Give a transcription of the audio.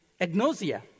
agnosia